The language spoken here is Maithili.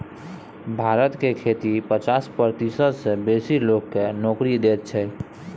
भारत के खेती पचास प्रतिशत सँ बेसी लोक केँ नोकरी दैत छै